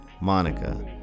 Monica